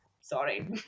sorry